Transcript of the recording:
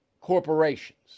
corporations